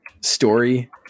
story